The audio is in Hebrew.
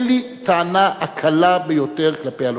אין לי טענה קלה ביותר כלפי הלוביסטים.